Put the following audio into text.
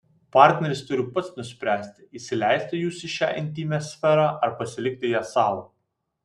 partneris turi pats nuspręsti įsileisti jus į šią intymią sferą ar pasilikti ją sau